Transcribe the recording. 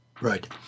Right